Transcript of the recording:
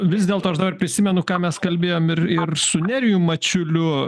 vis dėlto aš dar prisimenu ką mes kalbėjom ir ir su nerijum mačiuliu